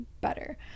better